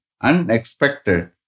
unexpected